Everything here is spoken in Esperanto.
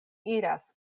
iras